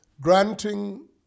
granting